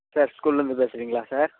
sir ஸ்கூல்லேருந்து பேசுகிறீங்களா sir